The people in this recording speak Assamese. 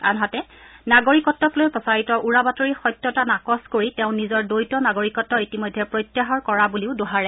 আনহাতে নাগৰিকত্বক লৈ প্ৰচাৰিত উৰা বাতৰিৰ সত্যতা নাকচ কৰি তেওঁ নিজৰ দ্বৈত নাগৰিকত্ব ইতিমধ্যে প্ৰত্যাহাৰ কৰা বুলিও দোহাৰে